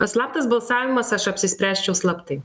slaptas balsavimas aš apsispręsčiau slaptai